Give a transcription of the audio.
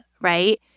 right